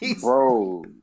Bro